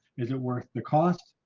is it worth the cost?